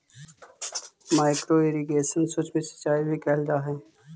micro irrigation के सूक्ष्म सिंचाई भी कहल जा हइ